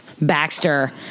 Baxter